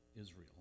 Israel